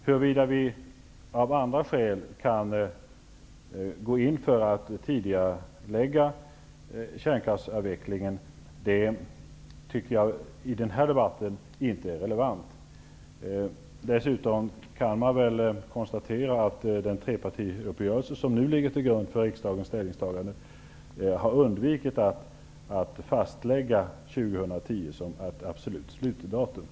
Huruvida vi av andra skäl kan gå in för att tidigarelägga kärnkraftsavvecklingen tycker jag inte är relevant i den här debatten. Dessutom kan man konstatera att den trepartiuppgörelse som nu ligger till grund för riksdagens ställningstagande har undvikit att fastlägga år 2010 som en definitiv sluttidpunkt.